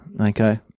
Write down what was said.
Okay